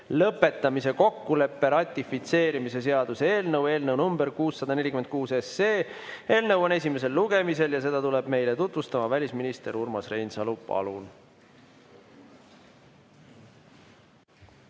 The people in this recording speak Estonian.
lõpetamise kokkuleppe ratifitseerimise seaduse eelnõu 646. Eelnõu on esimesel lugemisel ja seda tuleb meile tutvustama välisminister Urmas Reinsalu. Palun!